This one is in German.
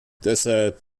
deshalb